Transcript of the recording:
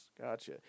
Gotcha